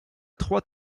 trois